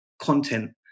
content